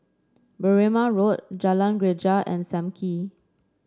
Berrima Road Jalan Greja and Sam Kee